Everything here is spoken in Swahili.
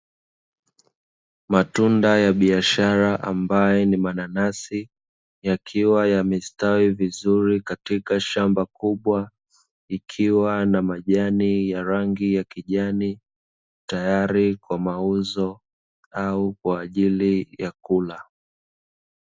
Matunda ya biashara ambayo ni mananasi, yakiwa yamestawi vizuri katika shamba kubwa, ikiwa na majani ya rangi ya kijani, tayari kwa mauzo au kwa ajili ya kula.